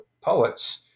poets